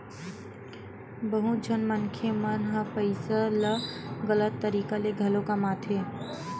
बहुत झन मनखे मन ह पइसा ल गलत तरीका ले घलो कमाथे